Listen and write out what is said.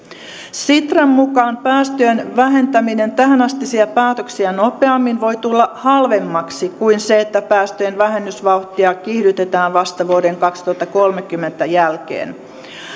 sitran mukaan päästöjen vähentäminen tä hänastisia päätöksiä nopeammin voi tulla halvemmaksi kuin se että päästöjen vähennysvauhtia kiihdytetään vasta vuoden kaksituhattakolmekymmentä jälkeen